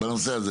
במקרה הזה